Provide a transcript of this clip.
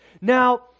Now